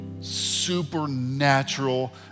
supernatural